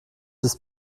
ist